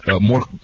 more